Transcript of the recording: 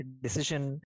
decision